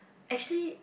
actually